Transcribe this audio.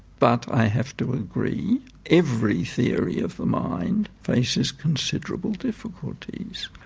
but i have to agree every theory of the mind faces considerable difficulties.